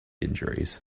injuries